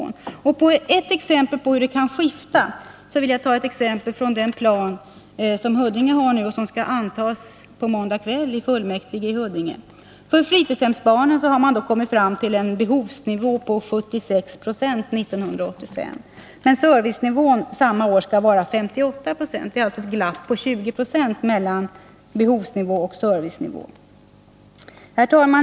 Jag vill, för att visa hur det kan skifta, ta ett exempel från Huddinges plan som skall antas på måndag kväll i fullmäktige i Huddinge. För fritidshemsbarnen har man kommit fram till en behovsnivå på 76 90 1985, men servicenivån skall samma år vara 58 90. Det är alltså ett glapp på närmare 20 26 mellan behovsnivå och servicenivå. Herr talman!